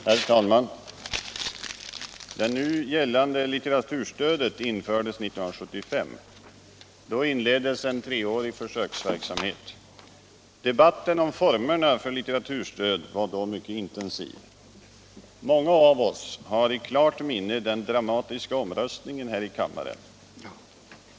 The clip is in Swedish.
Herr talman! Det nu gällande litteraturstödet infördes 1975. Då inleddes en treårig försöksverksamhet. Debatten om formerna för litteraturstöd var då mycket intensiv. Många av oss har i klart minne den dramatiska omröstningen här i kammaren.